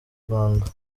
rwanda